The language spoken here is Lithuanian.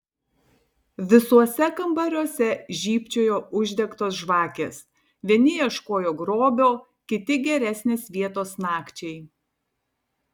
visuose kambariuose žybčiojo uždegtos žvakės vieni ieškojo grobio kiti geresnės vietos nakčiai